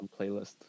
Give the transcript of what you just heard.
playlist